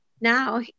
now